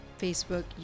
Facebook